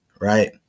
Right